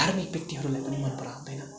धार्मिक व्यक्तिहरूलाई पनि मन पराउँदैनन्